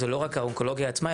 זה לא רק האונקולוגיה עצמה,